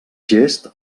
gest